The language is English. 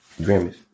Grammys